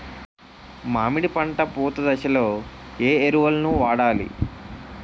మామిడి పంట పూత దశలో ఏ ఎరువులను వాడాలి?